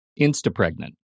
insta-pregnant